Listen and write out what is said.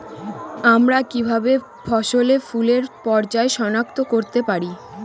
আমরা কিভাবে ফসলে ফুলের পর্যায় সনাক্ত করতে পারি?